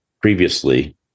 previously